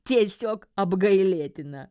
tiesiog apgailėtina